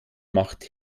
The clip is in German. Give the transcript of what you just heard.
macht